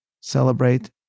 celebrate